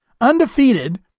Undefeated